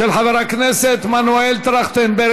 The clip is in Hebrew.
של חבר הכנסת מנואל טרכטנברג,